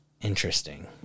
Interesting